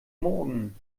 morgen